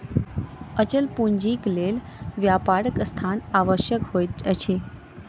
अचल पूंजीक लेल व्यापारक स्थान आवश्यक होइत अछि